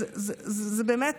זה באמת